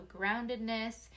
groundedness